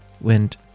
went